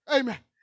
Amen